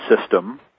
system